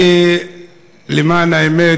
למען האמת,